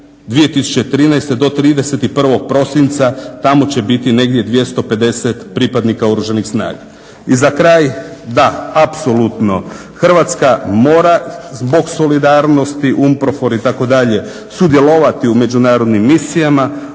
2013.do 31.prosinca tamo će biti negdje 250 pripadnika oružanih snaga. I za kraj, da apsolutno Hrvatska mora zbog solidarnosti UNPROFOR itd. sudjelovati u međunarodnim misijama